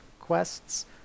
quests